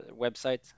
website